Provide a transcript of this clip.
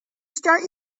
start